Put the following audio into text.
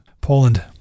Poland